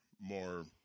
more